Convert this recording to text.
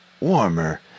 warmer